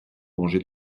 mangé